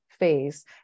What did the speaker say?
Phase